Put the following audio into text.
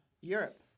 europe